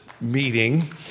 meeting